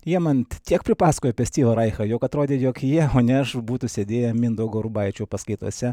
jie man tiek pripasakojo apie styvą raihą jog atrodė jog jie o ne aš būtų sėdėję mindaugo urbaičio paskaitose